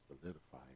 solidify